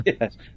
Yes